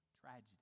tragedy